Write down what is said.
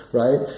right